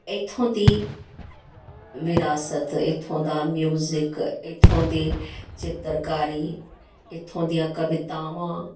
ਇੱਥੋਂ ਦੀ ਵਿਰਾਸਤ ਇੱਥੋਂ ਦਾ ਮਿਊਜਿਕ ਇੱਥੋਂ ਦੇ ਚਿੱਤਰਕਾਰੀ ਇੱਥੋਂ ਦੀਆਂ ਕਵਿਤਾਵਾਂ